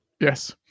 Yes